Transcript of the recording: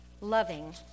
loving